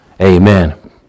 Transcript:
Amen